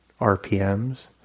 RPMs